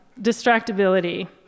distractibility